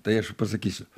tai aš pasakysiu